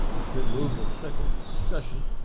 it's been moved and seconded. discussion?